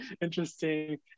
interesting